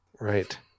Right